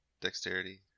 Dexterity